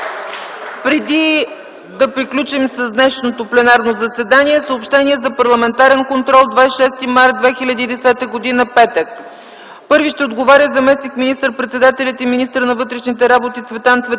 Преди да приключим с днешното пленарно заседание, съобщения за парламентарния контрол на 26 март 2010 г., петък: Първи ще отговаря заместник министър-председателят и министър на вътрешните работи Цветан Цветанов